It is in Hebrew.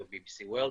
ב-BBC World,